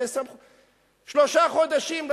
שלושה חודשים.